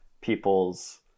people's